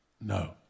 no